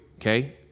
okay